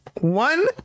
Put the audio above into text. One